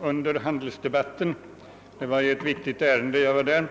Under handelsdebatten i går var jag i Södertälje i ett viktigt ärende.